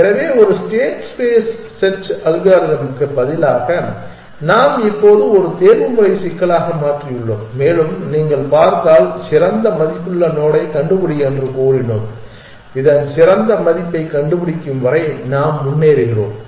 எனவே ஒரு state space search அல்காரிதம்க்கு பதிலாக நாம் இப்போது ஒரு தேர்வுமுறை சிக்கலாக மாற்றியுள்ளோம் மேலும் நீங்கள் பார்த்தால் சிறந்த மதிப்புள்ள நோடைக் கண்டுபிடி என்று கூறினோம் இதன் சிறந்த மதிப்பைக் கண்டுபிடிக்கும் வரை நாம் முன்னேறுகிறோம்